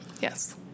Yes